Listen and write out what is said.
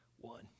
one